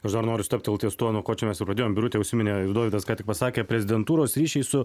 aš dar noriu stabtelt ties tuo nuo ko čia mes ir pradėjom birutė užsiminė dovydas ką tik pasakė prezidentūros ryšiai su